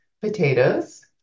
potatoes